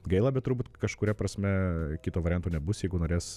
gaila bet turbūt kažkuria prasme kito varianto nebus jeigu norės